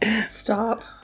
stop